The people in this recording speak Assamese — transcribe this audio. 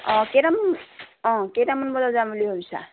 অঁ কেইটামান অঁ কেইটামান বজাত যাম বুলি ভাবিছা